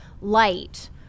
light